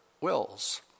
wills